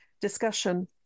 discussion